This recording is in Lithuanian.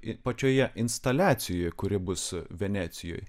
pačioje instaliacijoje kuri bus venecijoj